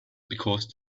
because